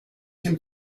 him